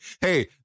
hey